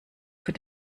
für